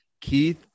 Keith